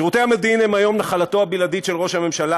שירותי המודיעין הם היום נחלתו הבלעדית של ראש הממשלה,